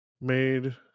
made